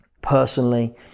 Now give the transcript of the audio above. personally